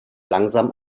langsam